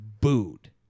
booed